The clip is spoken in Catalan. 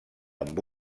amb